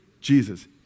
Jesus